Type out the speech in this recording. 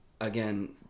Again